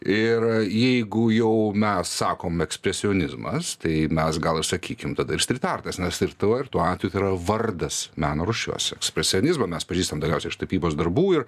ir jeigu jau mes sakom ekspresionizmas tai mes gal ir sakykim tada ir strytartas nes ir tuo ir tuo atveju tai yra vardas meno rūšiuose ekspresionizmą mes pažįstam daugiausiai iš tapybos darbų ir